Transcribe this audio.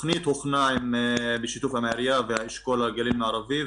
התוכנית הוכנה בשיתוף עם העירייה ואשכול גליל מערבי,